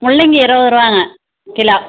முள்ளங்கி இருபதுருவாங்க கிலோ